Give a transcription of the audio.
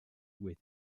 with